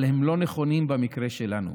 אבל הם לא נכונים במקרה שלנו.